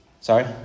Sorry